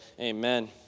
amen